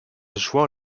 jouant